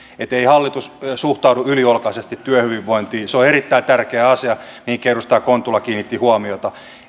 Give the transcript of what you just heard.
ei hallitus suhtaudu yliolkaisesti työhyvinvointiin se on erittäin tärkeä asia mihin edustaja kontula kiinnitti huomiota